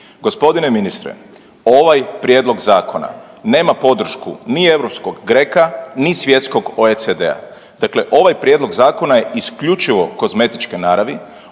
Gospodine ministre ovaj prijedlog zakona nema podršku ni europskog GRECO-a ni svjetskog OECD-a, dakle ovaj prijedlog zakona je isključivo kozmetičke naravi,